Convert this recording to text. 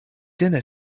dinner